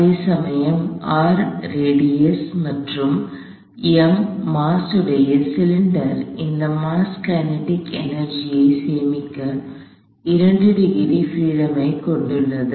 அதேசமயம் R radius மற்றும் m mass யுடைய சிலிண்டர் இந்த மாஸ் கினெடிக் எனர்ஜி இ சேமிக்க 2 டிகிரி பிரீடம் இ கொண்டுள்ளது